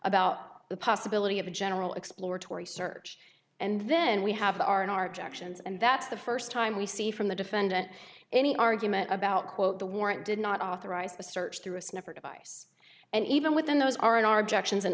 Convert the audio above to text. about the possibility of a general exploratory search and then we have our an arch actions and that's the first time we see from the defendant any argument about quote the warrant did not authorize a search through a sniffer device and even within those are in our objections and